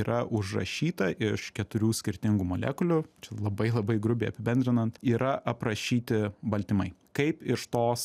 yra užrašyta iš keturių skirtingų molekulių čia labai labai grubiai apibendrinant yra aprašyti baltymai kaip iš tos